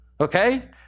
Okay